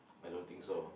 I don't think so